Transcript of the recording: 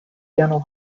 dental